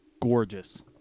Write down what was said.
gorgeous